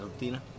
rutina